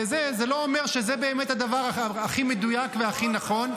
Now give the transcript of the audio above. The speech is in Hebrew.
זה לא אומר שזה באמת הדבר הכי מדויק והכי נכון.